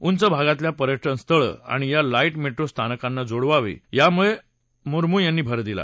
उंच भागातली पर्यटनस्थळं आणि या लाईट मेट्रो स्थानकांनी जोडावी यावर मुर्मू यांनी भर दिला